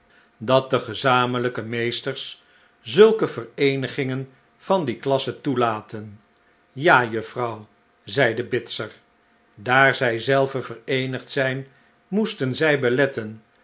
dat de gezamenlijke meesters zulke vereenigingen van die klasse toelaten ja juffrouw zeide bitzer daar zij zelven vereenigd zijn moesten zij beletten